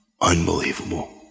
Unbelievable